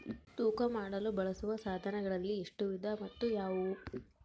ತೂಕ ಮಾಡಲು ಬಳಸುವ ಸಾಧನಗಳಲ್ಲಿ ಎಷ್ಟು ವಿಧ ಮತ್ತು ಯಾವುವು?